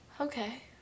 Okay